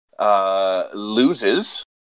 Loses